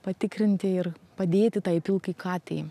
patikrinti ir padėti tai pilkai katei